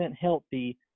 healthy